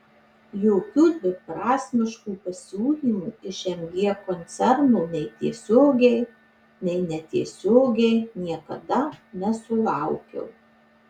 jokių dviprasmiškų pasiūlymų iš mg koncerno nei tiesiogiai nei netiesiogiai niekada nesulaukiau